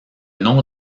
nom